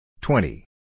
Twenty